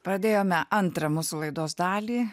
pradėjome antrą mūsų laidos dalį